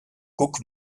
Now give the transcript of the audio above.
guck